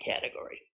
category